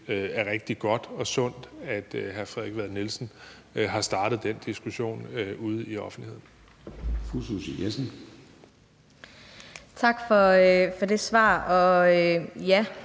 er rigtig godt og sundt, at hr. Frederik Vad har startet den diskussion ude i offentligheden.